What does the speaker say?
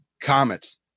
comets